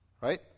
Right